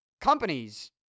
companies